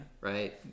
Right